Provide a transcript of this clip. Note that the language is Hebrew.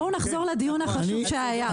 בואו נחזור לדיון החשוב שהיה.